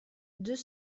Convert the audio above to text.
deux